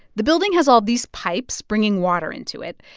the building has all these pipes bringing water into it,